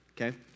okay